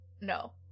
No